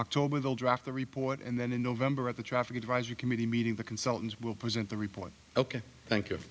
october they'll draft the report and then in november at the traffic advisory committee meeting the consultants will present the report ok thank you